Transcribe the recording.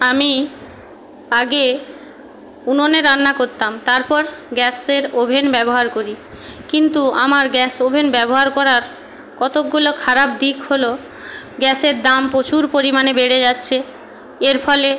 আমি আগে উনুনে রান্না করতাম তারপর গ্যাসের ওভেন ব্যবহার করি কিন্তু আমার গ্যাস ওভেন ব্যবহার করার কতকগুলো খারাপ দিক হল গ্যাসের দাম প্রচুর পরিমাণে বেড়ে যাচ্ছে এর ফলে